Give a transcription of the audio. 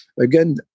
Again